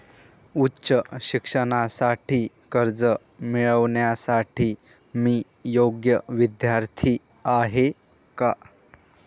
उच्च शिक्षणासाठी कर्ज मिळविण्यासाठी मी योग्य विद्यार्थी आहे का?